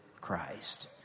Christ